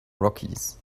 rockies